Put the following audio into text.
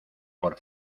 por